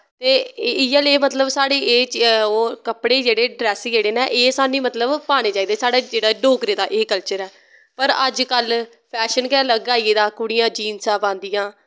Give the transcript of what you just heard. ते इयै ले मतलव साढ़े एह् कपड़े जेह्ड़े डरैस जेह्ड़े नै एह् साह्नू मतलव पाने चाहिदे साढ़े जेह्ड़ा डोगरें दा एह् कल्चर ऐ पर अज कल फैशन गै अलग आई गेदा कुड़ियां जीनसां पांदियां